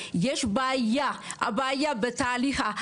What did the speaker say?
וזה הטענות שלי פה למשרד הקליטה,